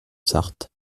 sarthe